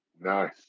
Nice